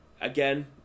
again